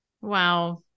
Wow